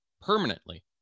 permanently